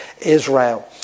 Israel